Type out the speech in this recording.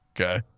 Okay